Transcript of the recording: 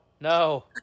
No